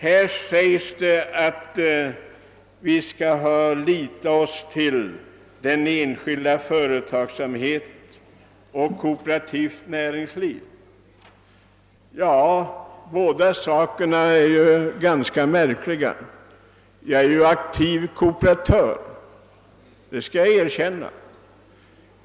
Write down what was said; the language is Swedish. Det sägs i motionen att vi skall lita till enskild och kooperativ företagsamhet. Det uttalandet är ganska märkligt både vad det gäller den privata och den kooperativa företagsamheten. Jag är aktiv kooperatör — det skall jag erkänna.